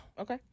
Okay